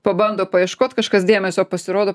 pabando paieškot kažkas dėmesio pasirodo